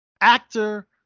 actor